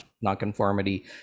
nonconformity